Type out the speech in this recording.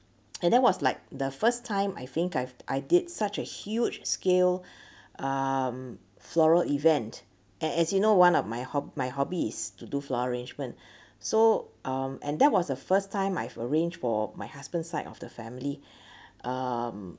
and that was like the first time I think I've I did such a huge scale um floral event and as you know one of my ho~ my hobby is to do floral arrangement so um and that was the first time I've arranged for my husband's side of the family um